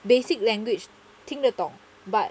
basic language 听得懂 but